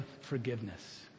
forgiveness